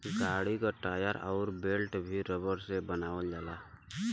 गाड़ी क टायर अउर बेल्ट भी रबर से बनावल जाला